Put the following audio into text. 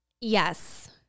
Yes